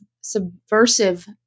subversive